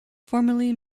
formerly